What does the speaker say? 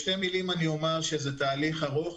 בשתי מילים אומר שזה תהליך ארוך,